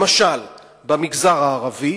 למשל במגזר הערבי,